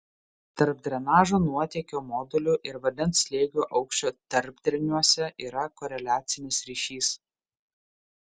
tarp drenažo nuotėkio modulių ir vandens slėgio aukščio tarpdreniuose yra koreliacinis ryšys